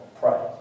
pray